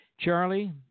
Charlie